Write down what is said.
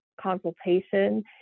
Consultation